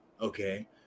okay